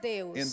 Deus